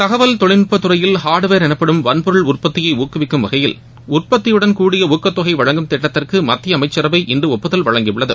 தகவல் தொழில்நுட்ப துறையில் ஹார்டுவேர் எனப்படும் வன்பொருள் உற்பத்தியை ஊக்குவிக்கும் வகையில் உற்பத்தியுடன் கூடிய ஊக்கத்தொகை வழங்கும் திட்டத்திற்கு மத்திய அமம்சரவை இன்று ஒப்புதல் வழங்கியுள்ளது